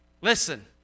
Listen